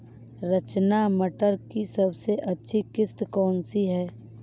रचना मटर की सबसे अच्छी किश्त कौन सी है?